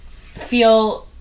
feel